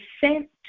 sent